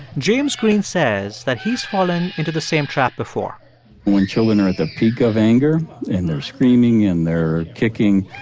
james green says that he's fallen into the same trap before when children are at the peak of anger and they're screaming and they're kicking,